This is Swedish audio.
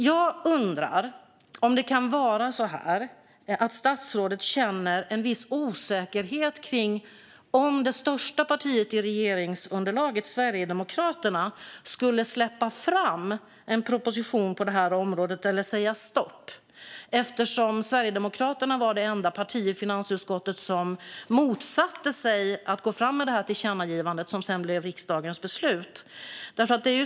Kan det vara på det sättet att statsrådet känner en viss osäkerhet när det gäller om det största partiet i regeringsunderlaget, Sverigedemokraterna, skulle släppa fram en proposition på området eller säga stopp? Sverigedemokraterna var det enda partiet i finansutskottet som motsatte sig att gå fram med tillkännagivandet som sedan blev riksdagens beslut.